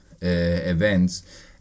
events